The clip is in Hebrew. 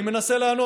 אני מנסה לענות.